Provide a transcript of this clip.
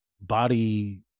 Body